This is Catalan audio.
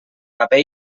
paper